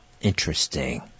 interesting